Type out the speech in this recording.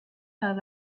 par